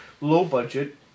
low-budget